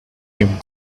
him